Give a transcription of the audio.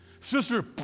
Sister